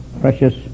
precious